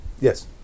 Yes